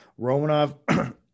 Romanov